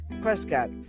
Prescott